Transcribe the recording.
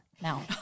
now